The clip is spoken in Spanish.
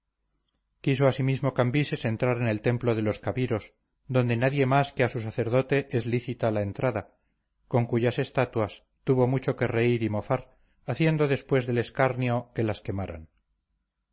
pigmeos quiso asimismo cambises entrar en el templo de los cabiros donde nadie más que a su sacerdote es lícita la entrada con cuyas estatuas tuvo mucho que reír y mofar haciendo después del escarnio que las quemaran